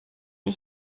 die